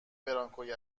برانکوی